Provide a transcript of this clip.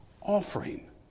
offering